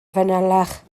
fanylach